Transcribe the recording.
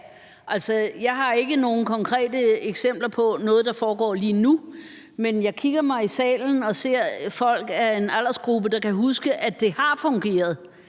Jeg har ikke nogen konkrete eksempler på noget, der foregår lige nu, men jeg kigger mig omkring i salen og ser folk i en aldersgruppe, der kan huske, at det har fungeret.